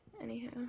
Anyhow